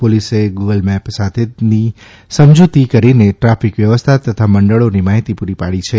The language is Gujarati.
પોલીસે ગુગલમેપ સાથેની સમજૂતી કરીને ટ્રાફિક વ્યવસ્થા તથા મંડળોની માફીતી પૂરી પાડી છે